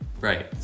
right